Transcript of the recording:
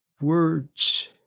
words